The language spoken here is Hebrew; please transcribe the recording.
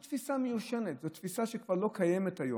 זו תפיסה מיושנת, זו תפיסה שכבר לא קיימת היום.